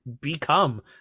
become